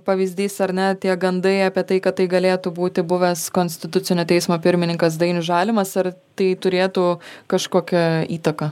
pavyzdys ar ne tie gandai apie tai kad tai galėtų būti buvęs konstitucinio teismo pirmininkas dainius žalimas ar tai turėtų kažkokią įtaką